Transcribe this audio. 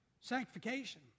Sanctification